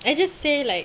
I just say like